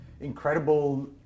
incredible